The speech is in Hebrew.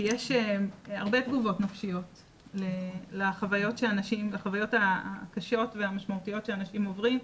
כי יש הרבה תגובות נפשיות לחוויות הקשות והמשמעותיות שאנשים עוברים.